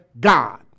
God